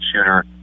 shooter